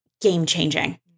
game-changing